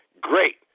Great